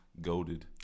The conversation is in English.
goaded